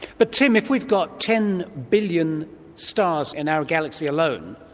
but tim, if we've got ten billion stars in our galaxy alone,